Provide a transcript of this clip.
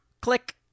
Click